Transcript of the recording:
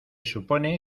supone